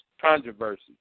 controversy